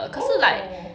oh